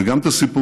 וגם את הסיפורים